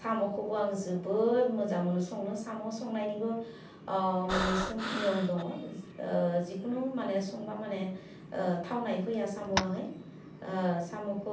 साम'खौबो आं जोबोर मोजां मोनो संनो साम' संनायनिबो मोन्नैसो नियम दङ जिखुनु माने संबा माने थावनाय फैया साम'आहै साम'खौ